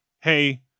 hey